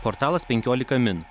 portalas penkiolika min